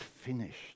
finished